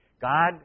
God